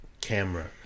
camera